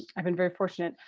i've been very fortunate.